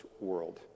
world